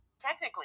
technically